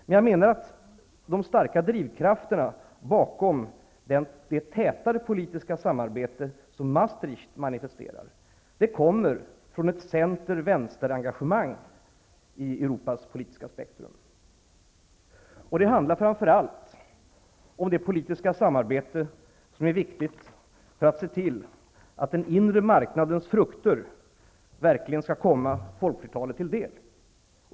Men jag menar att de starka drivkrafterna bakom det tätare politiska samarbete som Maastricht manifesterar kommer från ett center-vänster-engagemang i Europas politiska spektrum. Det handlar framför allt om det politiska samarbete som är viktigt för att se till att den inre marknadens frukter verkligen skall komma folkflertalet till del.